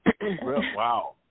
Wow